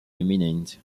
eminent